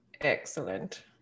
excellent